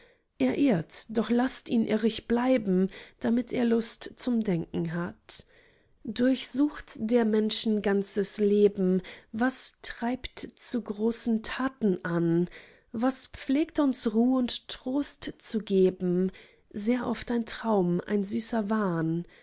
er irrt doch laßt ihn irrig bleiben damit er lust zum denken hat durchsucht der menschen ganzes leben was treibt zu großen taten an was pflegt uns ruh und trost zu geben sehr oft ein traum ein süßer wahn